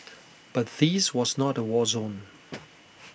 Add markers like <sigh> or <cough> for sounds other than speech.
<noise> but this was not A war zone <noise>